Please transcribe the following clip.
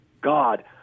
God